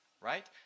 right